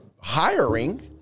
hiring